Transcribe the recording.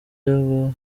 yaba